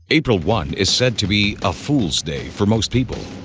april one is said to be a fool's day for most people